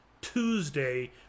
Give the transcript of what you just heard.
tuesday